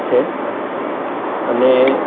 છે અને